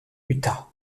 utah